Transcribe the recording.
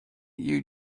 you